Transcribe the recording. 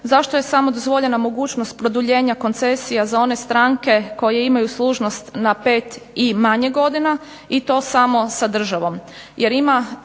zašto je samo dozvoljena mogućnost produljenja koncesija za one stranke koje imaju služnost na 5 i manje godina i to samo sa državom,